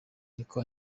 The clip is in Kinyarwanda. niko